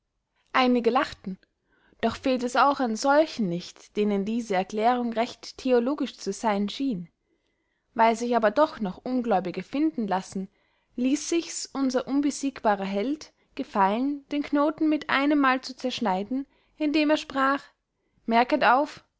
einige lachten doch fehlt es auch an solchen nicht denen diese erklärung recht theologisch zu seyn schien weil sich aber doch noch ungläubige finden lassen ließ sichs unser unbesiegbare held gefallen den knoten mit einmal zu zerschneiden indem er sprach merket auf